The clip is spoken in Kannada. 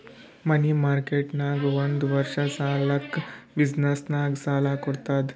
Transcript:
ಮನಿ ಮಾರ್ಕೆಟ್ ನಾಗ್ ಒಂದ್ ವರ್ಷ ಸಲ್ಯಾಕ್ ಬಿಸಿನ್ನೆಸ್ಗ ಸಾಲಾ ಕೊಡ್ತುದ್